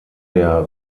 der